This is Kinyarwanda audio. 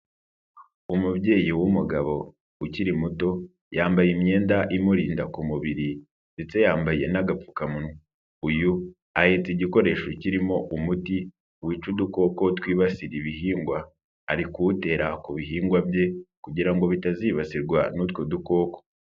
Umubyeyi w'umugabo ukiri muto, yambaye imyenda imurinda ku mubiri ndetse yambaye n'agapfukamunwa, uyu ahetse igikoresho kirimo umuti wica udukoko twibasira ibihingwa, ari kuwutera ku bihingwa bye kugira ngo bitazibasirwa n'utwo dukoko.